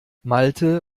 malte